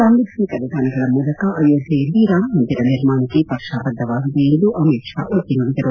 ಸಾಂವಿಧಾನಿಕ ವಿಧಾನಗಳ ಮೂಲಕ ಅಯೋಧ್ಯೆಯಲ್ಲಿ ರಾಮಮಂದಿರ ನಿರ್ಮಾಣಕ್ಕೆ ಪಕ್ಷ ಬದ್ಧವಾಗಿದೆ ಎಂದು ಅಮಿತ್ ಷಾ ಒತ್ತಿ ನುಡಿದರು